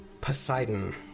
Poseidon